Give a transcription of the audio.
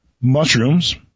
Mushrooms